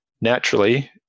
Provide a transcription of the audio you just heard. Naturally